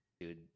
dude